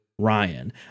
ryan